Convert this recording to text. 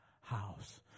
house